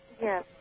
Yes